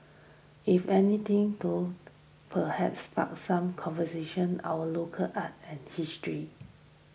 if anything though perhaps spark some conversations our local art and history